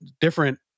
different